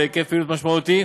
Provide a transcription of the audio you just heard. להיקף פעילות משמעותי.